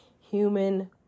human